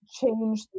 change